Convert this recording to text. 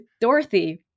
Dorothy